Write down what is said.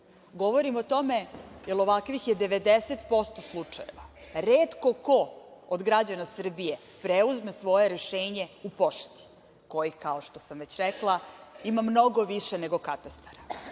Govorim o tome, jer ovakvih je 90% slučajeva. Retko ko od građana Srbije preuzme svoje rešenje u pošti, kojih kao što sam već rekla, imam mnogo više nego katastara. Ovim